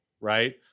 right